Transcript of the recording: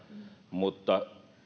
mutta